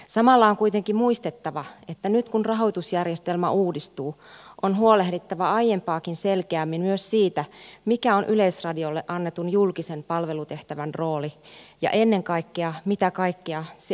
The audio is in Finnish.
samalla on kuitenkin muistettava että nyt kun rahoitusjärjestelmä uudistuu on huolehdittava aiempaakin selkeämmin myös siitä mikä on yleisradiolle annetun julkisen palvelutehtävän rooli ja ennen kaikkea siitä mitä kaikkea se ei ole